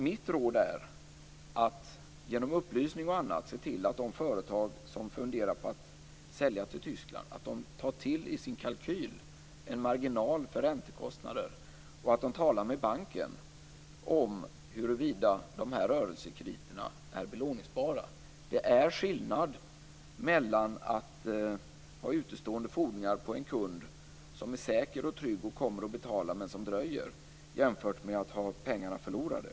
Mitt råd är att genom upplysning och annat se till att de företag som funderar på att sälja till Tyskland i sin kalkyl tar till en marginal för räntekostnader och att de talar med banken om huruvida dessa rörelsekrediter är belåningsbara. Det är skillnad mellan att ha utestående fordringar på en kund som är säker och trygg och som kommer att betala men som dröjer jämfört med att ha pengarna förlorade.